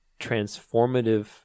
transformative